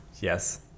Yes